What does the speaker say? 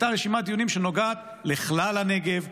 היה ראוי שהייתה רשימת דיונים שנוגעת לכלל הנגב,